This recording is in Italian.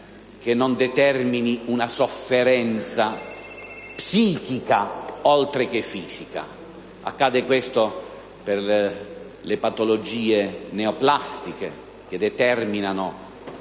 che non determini una sofferenza psichica, oltre che fisica. Ciò accade per le patologie neoplastiche, che determinano